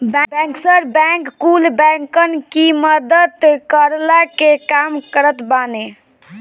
bankers bank कुल बैंकन की मदद करला के काम करत बाने